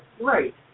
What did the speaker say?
right